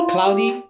Cloudy